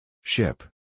Ship